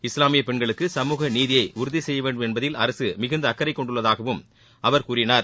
இஸ்லாமிய பெண்களுக்கு சமூக நீதியை உறுதிசெய்யவேண்டும் என்பதில் அரசு மிகுந்த அக்கறைக் கொண்டுள்ளதாகவும் அவர் கூறினார்